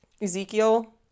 Ezekiel